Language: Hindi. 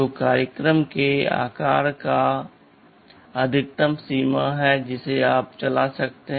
तो कार्यक्रम के आकार की अधिकतम सीमा है जिसे आप चला सकते हैं